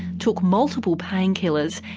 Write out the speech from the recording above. took multiple pain killers,